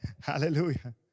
Hallelujah